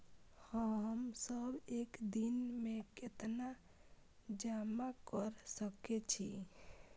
हम सब एक दिन में केतना जमा कर सके छी?